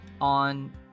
on